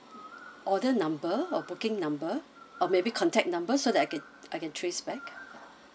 order number or booking number or maybe contact number so that I can I can trace back